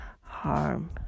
harm